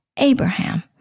Abraham